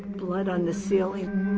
blood on the ceiling.